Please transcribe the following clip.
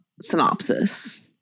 synopsis